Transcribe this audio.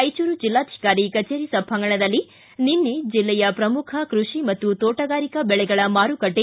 ರಾಯಚೂರು ಜಿಲ್ಲಾಧಿಕಾರಿ ಕಜೇರಿ ಸಭಾಂಗಣದಲ್ಲಿ ನಿನ್ನೆ ಜಿಲ್ಲೆಯ ಪ್ರಮುಖ ಕೃಷಿ ಮತ್ತು ತೋಟಗಾರಿಕಾ ಬೆಳೆಗಳ ಮಾರುಕಟ್ಟೆ